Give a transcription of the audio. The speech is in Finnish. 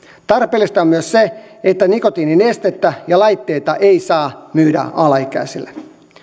tarpeellista on myös se että nikotiininestettä ja laitteita ei saa myydä alaikäisille